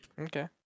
Okay